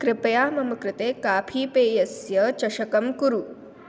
कृपया मम कृते काफीपेयस्य चषकं कुरु